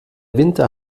winter